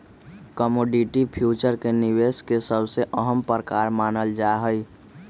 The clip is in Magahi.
कमोडिटी फ्यूचर के निवेश के सबसे अहम प्रकार मानल जाहई